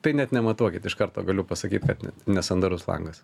tai net nematuokit iš karto galiu pasakyt kad ne nesandarus langas